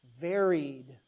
varied